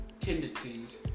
tendencies